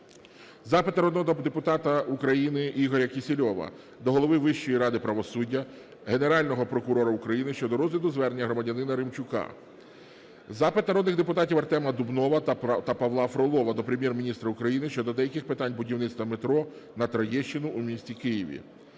Запит народного депутата Ігоря Кісільова до Голови Вищої ради правосуддя, Генерального прокурора України щодо розгляду звернення громадянина Римчука. Запит народних депутатів Артема Дубнова та Павла Фролова до Прем'єр-міністра України щодо деяких питань будівництва метро на Троєщину у місті Києві.